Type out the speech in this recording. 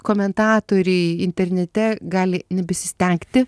komentatoriai internete gali nebesistengti